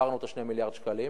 עברנו את 2 מיליארד השקלים